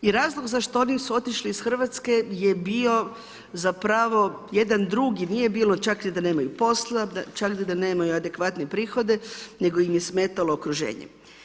I razloga zašto oni su otišli iz Hrvatske je bio zapravo jedan drugi, nije bilo čak da nemaju posla, da nemaju adekvatne prihode, nego im je smetalo okruženje.